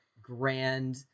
grand